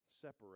separate